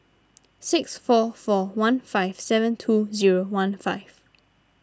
six four four one five seven two zero one five